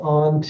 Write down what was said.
on